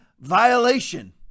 violation